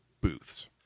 booths